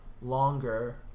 longer